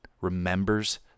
remembers